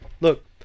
look